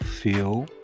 feel